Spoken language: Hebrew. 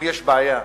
אם יש בעיה אתית,